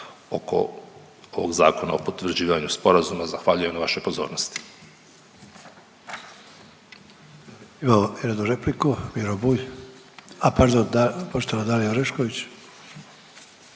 oko ovog zakona o potvrđivanju sporazuma. Zahvaljujem na vašoj pozornosti. **Sanader, Ante (HDZ)** Imamo jednu repliku. Miro Bulj, a pardon poštovana Dalija Orešković.